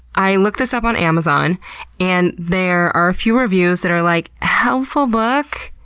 i looked this up on amazon and there are a few reviews that are like, helpful book.